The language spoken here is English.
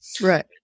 Right